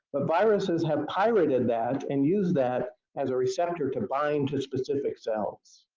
but viruses have pirated that and use that as a receptor to bind to specific cells